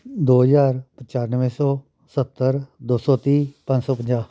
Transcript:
ਦੋ ਹਜ਼ਾਰ ਪਚਾਨਵੇਂ ਸੌ ਸੱਤਰ ਦੋ ਸੌ ਤੀਹ ਪੰਜ ਸੌ ਪੰਜਾਹ